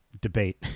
debate